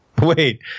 Wait